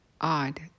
odd